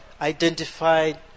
identified